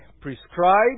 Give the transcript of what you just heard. prescribed